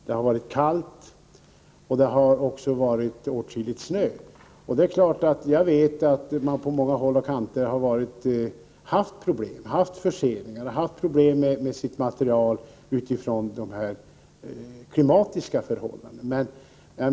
Det har varit kallt, och det har kommit mycket snö. Jag vet att man på många håll haft det besvärligt med förseningar och svårigheter med sitt material på grund av dessa klimatiska förhållanden.